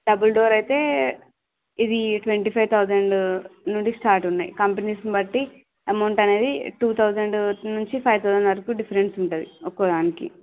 double door అయితే ఇది twenty five thousand నుండి స్టార్ట్ ఉన్నాయి కంపెనీస్ని బట్టి అమౌంట్ అనేది టూ తౌసండ్ నుంచి ఫైవ్ తౌసండ్ వరకు డిఫరెన్స్ ఉంటుంది ఒక్కోదానికి